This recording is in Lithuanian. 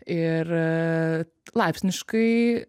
ir laipsniškai